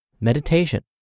meditation